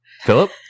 Philip